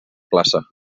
classe